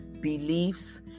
beliefs